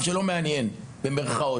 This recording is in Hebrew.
זו בעיה.